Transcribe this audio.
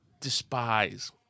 despise